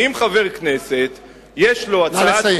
אם חבר כנסת יש לו, נא לסיים.